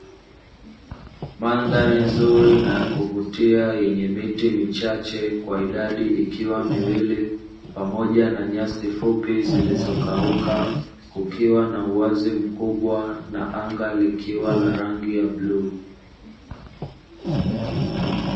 Mandhari nzuri na yakuvutia yenye miti michache kwa idadi, ikiwa miwili pamoja na nyasi fupi zilizokauka kukiwa na uwazi mkubwa na anga likiwa la rangi ya bluu.